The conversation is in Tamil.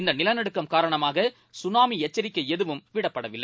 இந்தநிலநடுக்கம் காரணமாகசுனாமிஎச்சரிக்கைஎதுவும் விடப்படவில்லை